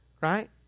right